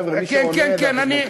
חבר'ה, מי שעונה, זה על חשבונכם.